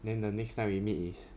then the next time we meet is